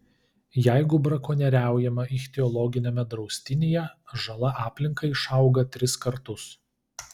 jeigu brakonieriaujama ichtiologiniame draustinyje žala aplinkai išauga tris kartus